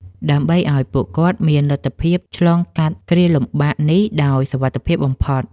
ដើម្បីឱ្យពួកគាត់មានលទ្ធភាពឆ្លងកាត់គ្រាលំបាកនេះដោយសុវត្ថិភាពបំផុត។